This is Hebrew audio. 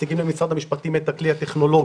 מציגים למשרד המשפטים את הכלי הטכנולוגי,